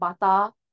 bata